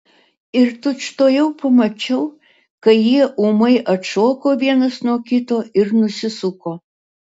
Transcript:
ir tučtuojau pamačiau kai jie ūmai atšoko vienas nuo kito ir nusisuko